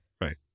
right